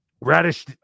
Radish